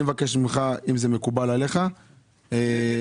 אם זה מקובל עליך, כך נעשה.